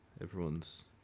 Everyone's